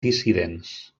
dissidents